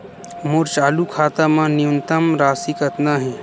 मोर चालू खाता मा न्यूनतम राशि कतना हे?